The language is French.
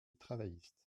travailliste